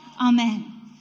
Amen